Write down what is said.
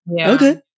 okay